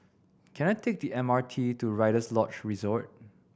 can I take the M R T to Rider's Lodge Resort